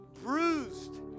bruised